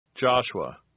Joshua